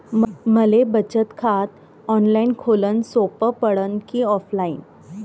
मले बचत खात ऑनलाईन खोलन सोपं पडन की ऑफलाईन?